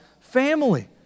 family